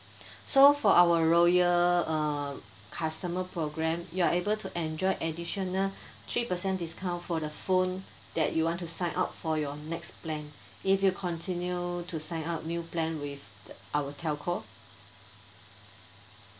so for our royal uh customer programme you are able to enjoy additional three percent discount for the phone that you want to sign up for your next plan if you continue to sign up new plan with our telco